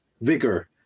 vigor